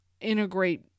integrate